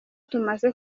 tumaze